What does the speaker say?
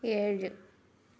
ഏഴ്